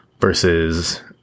versus